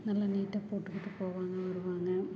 நல்லா நீட்டாக போட்டுக்கிட்டு போவாங்க வருவாங்க